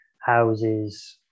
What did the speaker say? houses